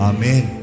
Amen